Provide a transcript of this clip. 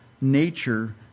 nature